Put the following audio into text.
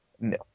No